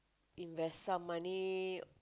invest some money